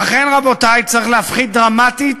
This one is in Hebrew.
רבותי, צריך להפחית דרמטית